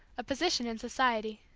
a position in society.